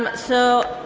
but so,